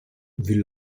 wie